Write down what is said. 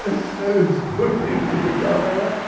ah stones put in with a double l.